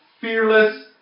fearless